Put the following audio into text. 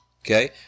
Okay